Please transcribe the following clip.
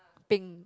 peng